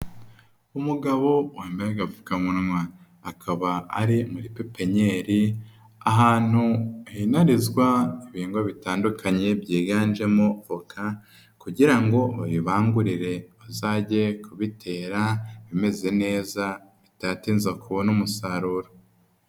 Umugabo wambaye agapfukamunwa akaba ari muri pipinyeri ahantu hinarizwa ibigo bitandukanye byiganjemo voka kugira ngo ubibangurire uzajye kubitera imeze neza bitatinza kubona umusaruro.